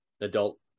adult